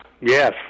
Yes